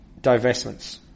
divestments